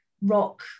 rock